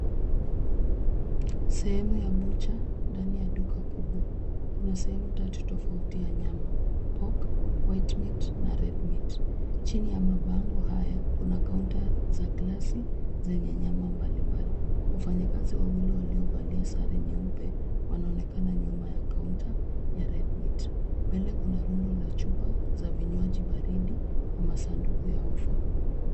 Sehemu ya butcha ndani ya duka kubwa. Kuna sehemu tatu tofauti ya nyama: pork, white meat na red meat .Chini ya mabango haya kuna kaunta za glasi zenye nyama mbalimbali. Wafanyakazi wawili waliovalia sare wanaonekana nyuma ya kaunta ya red meat .Mbele kuna rundo la chupa za vinywaji baridi na masanduku ya offer .